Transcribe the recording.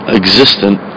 existent